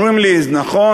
אומרים לי: נכון,